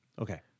Okay